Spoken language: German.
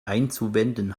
einzuwenden